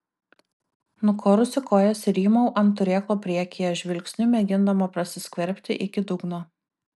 nukorusi kojas rymau ant turėklo priekyje žvilgsniu mėgindama prasiskverbti iki dugno